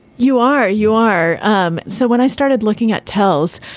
you are. you are. um so when i started looking at telles.